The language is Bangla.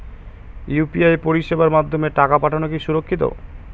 ইউ.পি.আই পরিষেবার মাধ্যমে টাকা পাঠানো কি সুরক্ষিত?